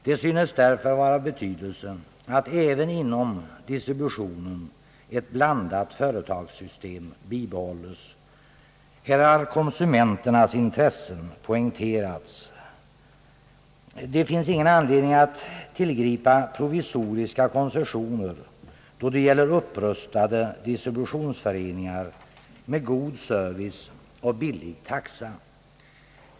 Det synes därför vara av betydelse, att även inom distributionen ett blandat företagssystem bibehålles.» Här har konsumenternas intressen poängterats. Det finns ingen anledning att tillgripa provisoriska koncessioner, då det gäller — upprustade = distributionsföreningar med god service och billig taxa.